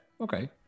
Okay